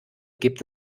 gibt